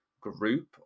group